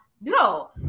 no